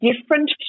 different